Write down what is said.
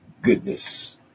goodness